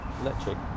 electric